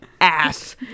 ass